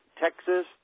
Texas